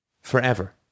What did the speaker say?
forever